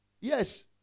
Yes